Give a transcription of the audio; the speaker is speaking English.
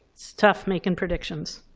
it's tough making predictions,